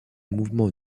mouvement